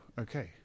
okay